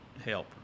help